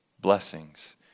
blessings